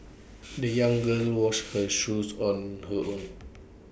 the young girl washed her shoes on her own